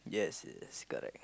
yes it is correct